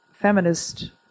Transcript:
feminist